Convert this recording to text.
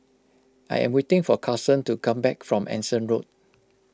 I am waiting for Karson to come back from Anson Road